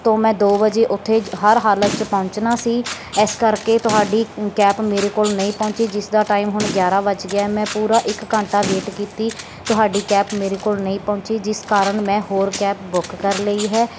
ਤੋਂ ਮੈਂ ਦੋ ਵਜੇ ਉੱਥੇ ਹਰ ਹਾਲਤ 'ਚ ਪਹੁੰਚਣਾ ਸੀ ਇਸ ਕਰਕੇ ਤੁਹਾਡੀ ਕੈਪ ਮੇਰੇ ਕੋਲ ਨਹੀਂ ਪਹੁੰਚੀ ਜਿਸ ਦਾ ਟਾਈਮ ਹੁਣ ਗਿਆਰ੍ਹਾਂ ਵੱਜ ਗਿਆ ਮੈਂ ਪੂਰਾ ਇੱਕ ਘੰਟਾ ਵੇਟ ਕੀਤੀ ਤੁਹਾਡੀ ਕੈਪ ਮੇਰੇ ਕੋਲ ਨਹੀਂ ਪਹੁੰਚੀ ਜਿਸ ਕਾਰਨ ਮੈਂ ਹੋਰ ਕੈਬ ਬੁੱਕ ਕਰ ਲਈ ਹੈ